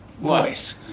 voice